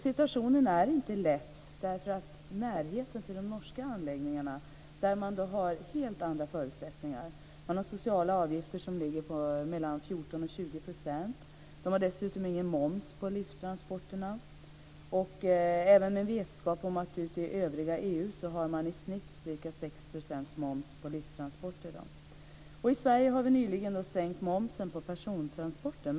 Situationen är inte lätt på grund av närheten till de norska anläggningarna där man har helt andra förutsättningar. Där har man sociala avgifter på 14-20 %. Man har dessutom ingen moms på lifttransporterna. I övriga EU har man ca 6 % moms på lifttransporter. I Sverige har vi nyligen sänkt momsen på persontransporter.